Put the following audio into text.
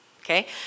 okay